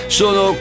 sono